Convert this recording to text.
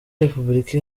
repubulika